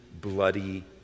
bloody